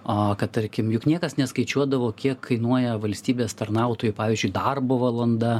o kad tarkim juk niekas neskaičiuodavo kiek kainuoja valstybės tarnautojo pavyzdžiui darbo valanda